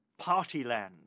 Partyland